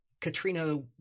Katrina